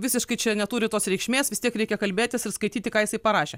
visiškai čia neturi tos reikšmės vis tiek reikia kalbėtis ir skaityti ką jisai parašė